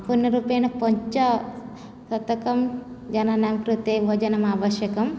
पूर्णरूपेण पञ्चशतकं जनानां कृते भोजनम् आवश्यकं